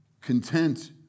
content